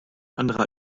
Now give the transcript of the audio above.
andere